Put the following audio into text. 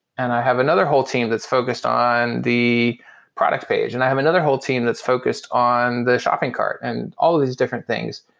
and i have another whole team that's focused on the product page and i have another whole team that's focused on the shopping cart and all these different things.